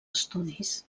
estudis